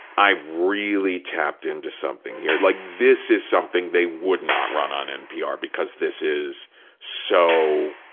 i've really tapped in to something here. like, this is something they would not run on npr because this is so,